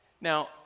Now